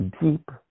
Deep